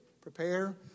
Prepare